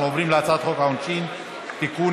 אנחנו עוברים להצעת חוק העונשין (תיקון,